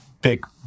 big